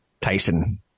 Tyson